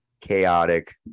chaotic